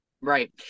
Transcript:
Right